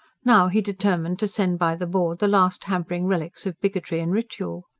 now, he determined to send by the board the last hampering relics of bigotry and ritual.